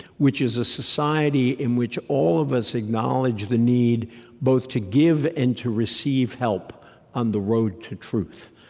which is a society in which all of us acknowledge the need both to give and to receive help on the road to truth